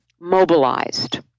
mobilized